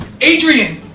Adrian